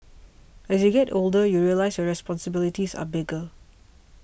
as you get older you realise your responsibilities are bigger